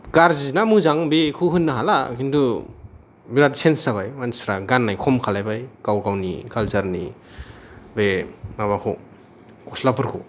गारजिना मोजां बैखौ होननो हाला खिनथु बेराद सेन्स जाबाय मानसिफ्रा गाननाय खम खालामबाय गाव गावनि कालसारनि बे माबाखौ गसलाफोरखौ